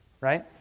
right